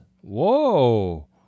whoa